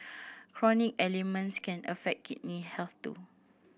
chronic ailments can affect kidney health too